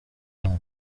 inama